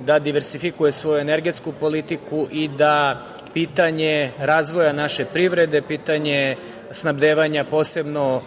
da diversifikuje energetsku politiku i da pitanje razvoja naše privrede, pitanje snabdevanja posebno